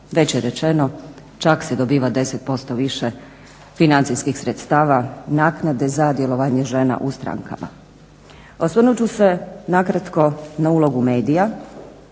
Već je rečeno, čak se dobiva 10% više financijskih sredstava naknade za djelovanje žena u strankama. Osvrnut ću se nakratko na ulogu medija.